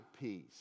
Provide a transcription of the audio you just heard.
peace